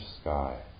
sky